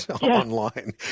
online